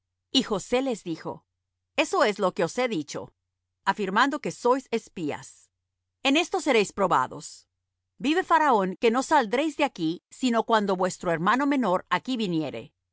y josé les dijo eso es lo que os he dicho afirmando que sois espías en esto seréis probados vive faraón que no saldréis de aquí sino cuando vuestro hermano menor aquí viniere